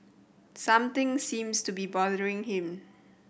something seems to be bothering him